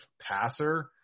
passer